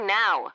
now